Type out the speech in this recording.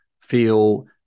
feel